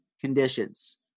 conditions